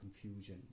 confusion